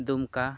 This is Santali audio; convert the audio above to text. ᱫᱩᱢᱠᱟ